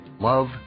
love